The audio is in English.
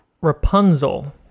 rapunzel